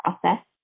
process